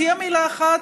תהיה מילה אחת,